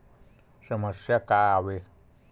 समस्या का आवे?